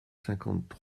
cinquante